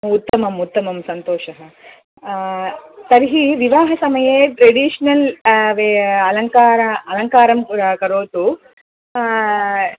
उत्तमम् उत्तमं सन्तोषः तर्हि विवाहसमये ट्रेडिशनल् अलङ्कारं करोतु